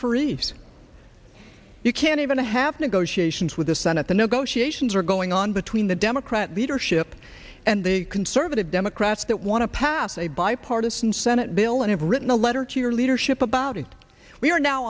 erees you can't even have negotiations with the senate the negotiations are going on between the democrat leadership and the conservative democrats that want to pass a bipartisan senate bill and have written a letter to your leadership about it we are now